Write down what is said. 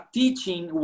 teaching